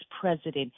president